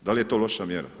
Da li je to loša mjera?